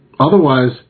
Otherwise